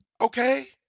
okay